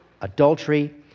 adultery